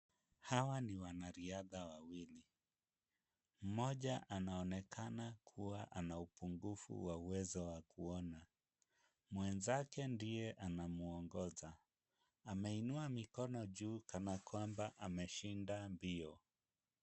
Hawa ni wanariadha wawili moja anaonekana kuwa ana upungufu wa uwezo wa kuona, mwenzake ndiye anamwongoza anainua Mikono juu kana kwamba ameshinda mbio.